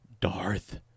Darth